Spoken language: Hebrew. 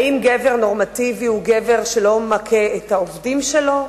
האם גבר נורמטיבי הוא גבר שלא מכה את העובדים שלו?